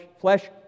flesh